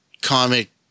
comic